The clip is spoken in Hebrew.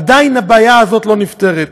עדיין הבעיה הזו לא נפתרת.